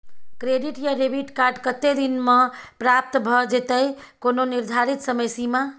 Credit या debit card कत्ते दिन म प्राप्त भ जेतै, कोनो निर्धारित समय सीमा?